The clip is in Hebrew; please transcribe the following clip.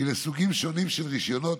היא לסוגים שונים של רישיונות,